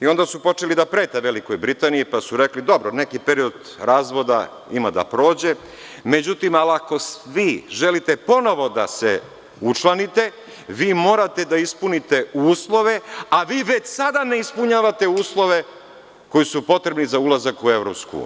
Onda su počeli da prete Velikoj Britaniji pa su rekli – dobro, neki period razvoda ima da prođe, međutim, ako vi želite ponovo da se učlanite, vi morate da ispunite uslove, a vi već sada ne ispunjavate uslove koji su potrebni za ulazak u EU.